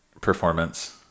performance